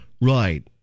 Right